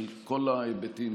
על כל ההיבטים,